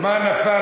מה נפל,